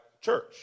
church